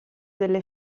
delle